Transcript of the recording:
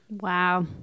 Wow